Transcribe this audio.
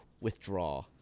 withdraw